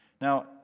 Now